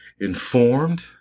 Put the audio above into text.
informed